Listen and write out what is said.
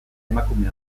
emakume